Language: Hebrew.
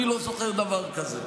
אני לא זוכר דבר כזה.